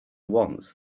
once